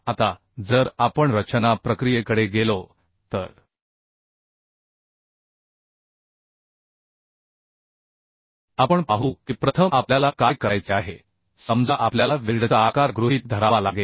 आता जर आपण रचना प्रक्रियेकडे गेलो तर आपण पाहू की प्रथम आपल्याला काय करायचे आहे समजा आपल्याला वेल्डचा आकार गृहित धरावा लागेल